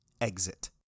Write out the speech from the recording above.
exit